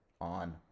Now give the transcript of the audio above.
on